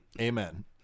Amen